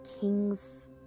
king's